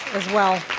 as well.